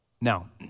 Now